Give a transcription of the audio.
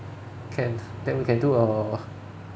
can then we can do a